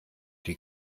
die